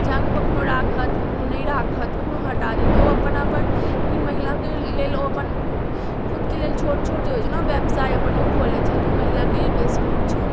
जे आगू कखनो राखत कखनो नहि राखत कखनो हटा देत ओ अपन अपन लेकिन महिला के लेल ओ अपन खुद के लेल छोट छोट जे होइ छै ने व्यवसाय अपन ओ खोलै छथि तऽ ओ महिला के लेल बेसी नीक छै